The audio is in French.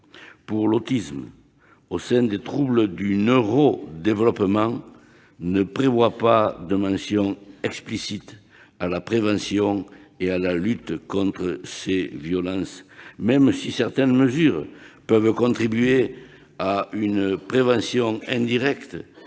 pour l'autisme au sein des troubles du neuro-développement ne prévoie pas de mention explicite de la prévention et de la lutte contre ces violences, même si certaines mesures peuvent contribuer à une prévention indirecte